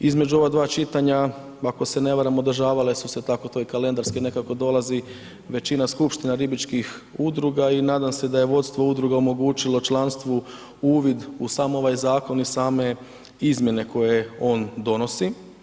Između ova dva čitanja, ako se ne varam održavale su se, tako to i kalendarski nekako dolazi, većina skupština ribičkih, udruga i nadam se da je vodstvo udruge omogućilo članstvu uvid u sam ovaj zakon i same izmjene koje on donosi.